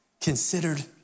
considered